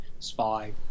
Spy